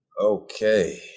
Okay